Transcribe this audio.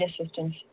assistance